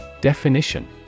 Definition